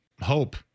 hope